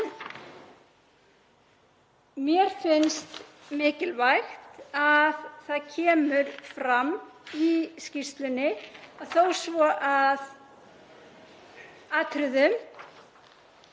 mér finnst mikilvægt að það kemur fram í skýrslunni að þó svo að atriði